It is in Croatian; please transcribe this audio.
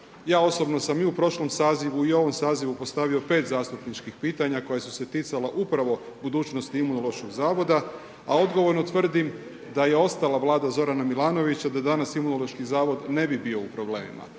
Ja osobno sam i u prošlom sazivu i u ovom sazivu postavio 5 zastupničkih pitanja koja su se ticala upravo budućnosti Imunološkog zavoda a odgovorno tvrdim da je ostala Vlada Zorana Milanovića da danas Imunološki zavod ne bi bio u problemima.